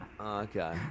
Okay